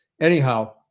Anyhow